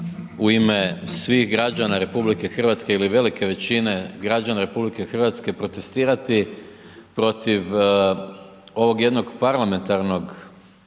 u ime svih građana RH ili velike većine građana RH protestirati protiv ovog jednog parlamentarnog,